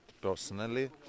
personally